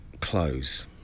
Close